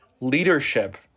leadership